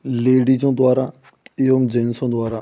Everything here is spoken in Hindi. लेडीजों द्वारा एवम जेंसों द्वारा